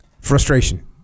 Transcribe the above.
Frustration